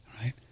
right